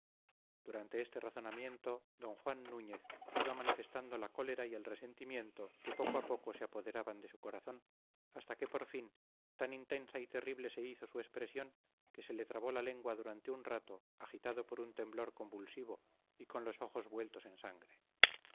durante este razonamiento don juan núñez iba manifestando la cólera y el resentimiento que poco a poco se apoderaban de su corazón hasta que por fin tan intensa y terrible se hizo su expresión que se le trabó la lengua durante un rato agitado por un temblor convulsivo y con los ojos vueltos en sangre